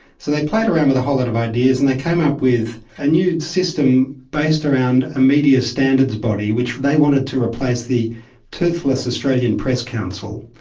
so they played around with a whole lot of ideas and they came up with a new system based around a media standards body which they wanted to replace the toothless australian press council.